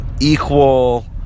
equal